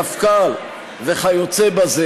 מפכ"ל וכיוצא בזה?